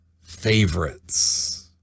favorites